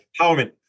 empowerment